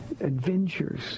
adventures